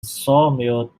sawmill